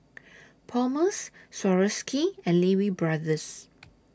Palmer's Swarovski and Lee Wee Brothers